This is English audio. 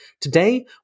Today